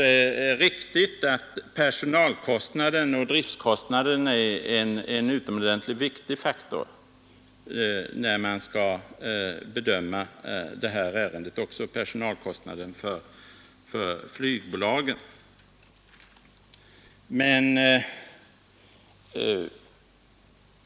Det är riktigt att personalkostnaden och driftkostnaden är utomordentligt viktiga faktorer när man skall bedöma det här ärendet — också personalkostnaden för flygbolagen.